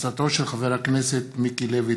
תודה.